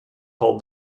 called